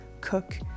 cook